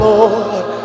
Lord